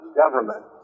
government